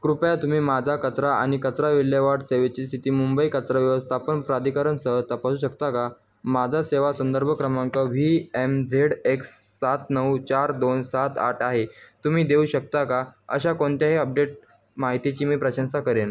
कृपया तुम्ही माझा कचरा आणि कचरा विल्हेवाट सेवेची स्थिती मुंबई कचरा व्यवस्थापन प्राधिकरणसह तपासू शकता का माझा सेवा संदर्भ क्रमांक व्ही एम झेड एक्स सात नऊ चार दोन सात आठ आहे तुम्ही देऊ शकता का अशा कोणत्याही अपडेट माहितीची मी प्रशंसा करेन